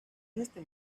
este